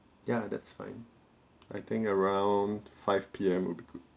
yeah that's fine I think around five PM would be good